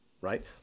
Right